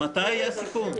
מתי היה סיכום?